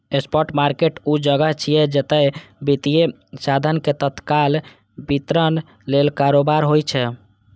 spot market ऊ जगह छियै, जतय वित्तीय साधन के तत्काल वितरण लेल कारोबार होइ छै